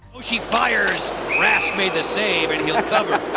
she fires, rask made the save and he'll cover.